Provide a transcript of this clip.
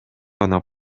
гана